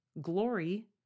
glory